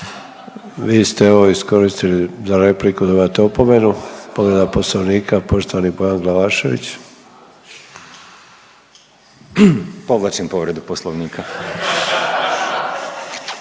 Vi ste ovo iskoristili za repliku, dobivate opomenu. Povreda Poslovnika, poštovani Bojan Glavašević. **Glavašević,